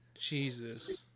Jesus